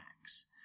max